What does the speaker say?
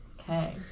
Okay